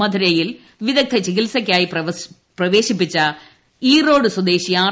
മധുരയിൽ വിദഗ്ദ്ധ ചികിത്സയ്ക്കായി പ്രവേശിപ്പിച്ച ഈ റോഡ് സ്വദേശി ആർ